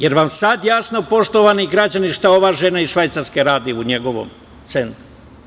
Jel vam sada jasno, poštovani građani, šta ova žena iz Švajcarske radi u njegovom centru?